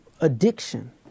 addiction